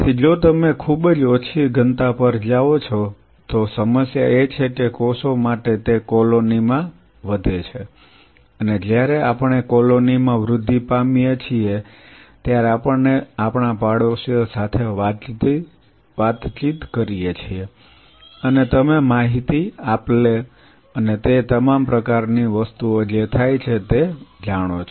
તેથી જો તમે ખૂબ ઓછી ઘનતા પર જાઓ છો તો સમસ્યા એ છે કે કોષો માટે તે કોલોનીમાં વધે છે અને જ્યારે આપણે કોલોનીમાં વૃદ્ધિ પામીએ છીએ ત્યારે આપણે આપણા પડોશીઓ સાથે વાતચીત કરીએ છીએ અને તમે માહિતી આપલે અને તે તમામ પ્રકારની વસ્તુઓ જે થાય છે તે જાણો છો